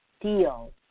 deal